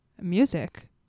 music